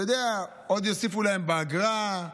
אתה יודע, עוד יוסיפו להם באגרה,